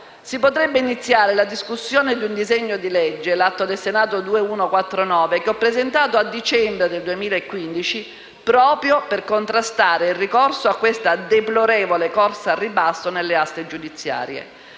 si potrebbe iniziare la discussione di un disegno di legge, l'atto Senato 2149, che ho presentato a dicembre 2015, proprio per contrastare il ricorso a questa deplorevole corsa al ribasso nelle aste giudiziarie.